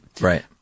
Right